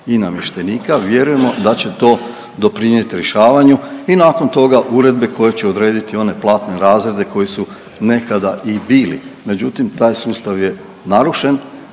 i namještenika, vjerujemo da će to doprinjet rješavanju i nakon toga uredbe koje će odrediti one platne razrede koji su nekada i bili, međutim taj sustav je narušen,